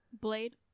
Blade